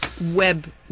Web